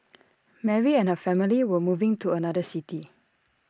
Mary and her family were moving to another city